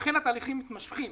לכן התהליכים מתמשכים.